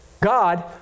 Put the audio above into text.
God